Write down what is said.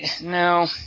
No